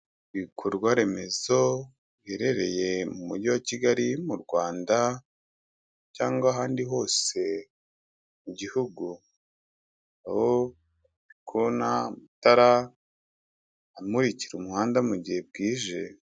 Ibikorwaremezo biherereye mu mujyi wa Kigali mu Rwanda cyangwa ahandi hose mu gihugu, aho ndi kubona amatara amurikira umuhanda mu gihe bwije.